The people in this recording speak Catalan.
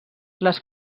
les